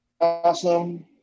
awesome